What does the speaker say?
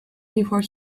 before